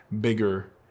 bigger